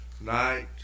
night